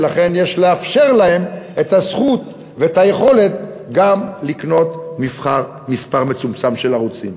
ולכן יש לאפשר להם את הזכות ואת היכולת גם לקנות מספר מצומצם של ערוצים.